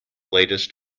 latest